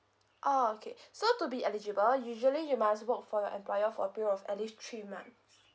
oh okay so to be eligible usually you must work for your employer for a period of at least three months